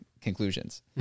conclusions